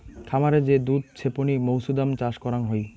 খামারে যে দুধ ছেপনি মৌছুদাম চাষ করাং হই